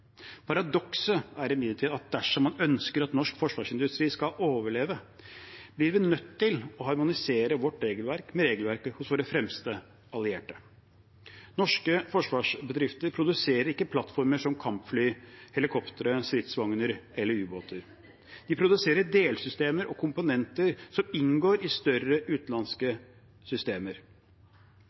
Paradokset er imidlertid at dersom man ønsker at norsk forsvarsindustri skal overleve, blir vi nødt til å harmonisere vårt regelverk med regelverket hos våre fremste allierte. Norske forsvarsbedrifter produserer ikke plattformer som kampfly, helikoptre, stridsvogner eller ubåter. De produserer delsystemer og komponenter som inngår i større utenlandske systemer.